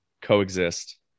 coexist